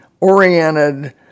oriented